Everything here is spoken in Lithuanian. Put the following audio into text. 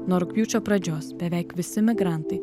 nuo rugpjūčio pradžios beveik visi migrantai